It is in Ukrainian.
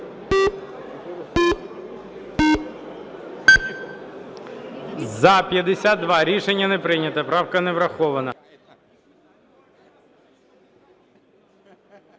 За-34 Рішення не прийнято. Правка не врахована.